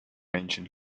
ancient